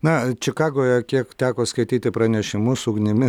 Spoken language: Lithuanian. na čikagoje kiek teko skaityti pranešimus ugnimi